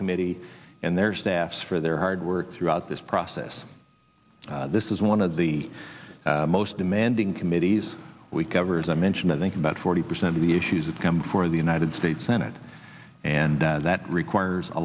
committee and their staffs for their hard work throughout this process this is one of the most demanding committees we cover as i mentioned i think about forty percent of the issues that come before the united states senate and that requires a